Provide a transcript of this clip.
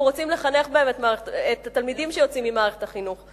רוצים לחנך בהם את התלמידים שיוצאים ממערכת החינוך.